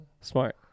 Smart